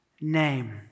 name